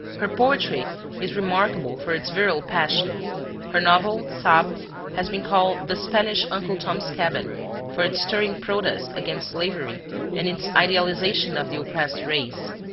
her poetry is remarkable for its virile passion her novel sab has been called the spanish uncle tom's cabin for its stirring protest against slavery and its idealization of the oppressed race.